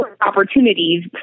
opportunities